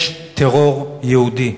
יש טרור יהודי,